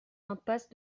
impasse